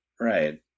Right